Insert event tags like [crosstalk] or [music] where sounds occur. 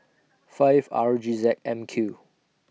[noise] five R G Z M Q